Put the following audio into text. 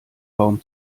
baum